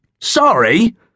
Sorry